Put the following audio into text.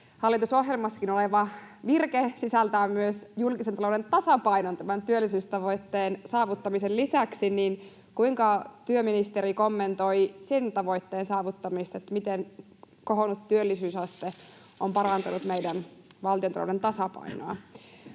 hallitusohjelmassakin oleva virke sisältää myös julkisen talouden tasapainon tämän työllisyystavoitteen saavuttamisen lisäksi, niin kysyn: Kuinka työministeri kommentoi sen tavoitteen saavuttamista? Miten kohonnut työllisyysaste on parantanut meidän valtiontalouden tasapainoa?